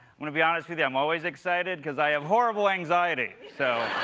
going to be honest with you, i'm always excited because i have horrible anxiety, so